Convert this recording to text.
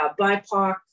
BIPOC